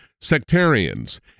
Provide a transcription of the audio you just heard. sectarians